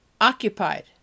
occupied